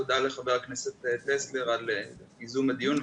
תודה לחבר הכנסת טסלר על ייזום הדיון,